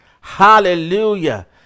Hallelujah